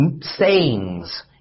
sayings